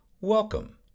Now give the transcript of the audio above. Welcome